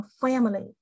family